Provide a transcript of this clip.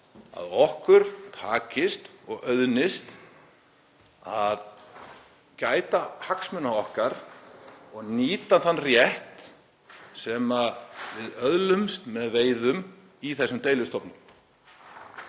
að okkur takist og auðnist að gæta hagsmuna okkar og nýta þann rétt sem við öðlumst með veiðum í þessum deilistofnum.